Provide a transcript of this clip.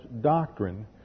doctrine